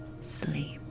sleep